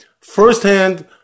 firsthand